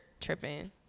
tripping